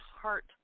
heart